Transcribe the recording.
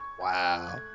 Wow